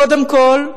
קודם כול,